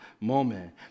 moment